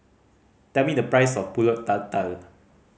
tell me the price of Pulut Tatal